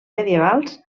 medievals